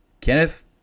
Kenneth